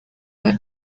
the